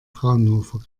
fraunhofer